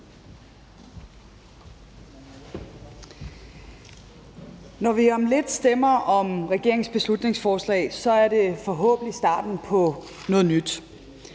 Når vi om lidt stemmer om regeringens beslutningsforslag, er det forhåbentlig starten på noget nyt,